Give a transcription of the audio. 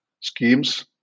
schemes